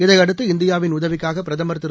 இதையடுத்து இந்தியாவின்உதவிக்காகபிரதமர்திரு